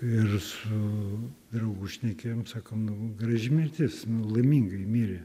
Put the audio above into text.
ir su draugu šnekėjom sakom nu graži mirtis laimingai mirė